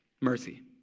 mercy